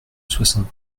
soixante